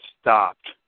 stopped